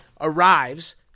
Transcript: Arrives